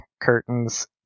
curtains